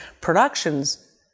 productions